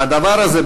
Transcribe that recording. והדבר הזה,